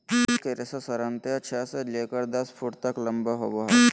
jute के रेशा साधारणतया छह से लेकर दस फुट तक लम्बा होबो हइ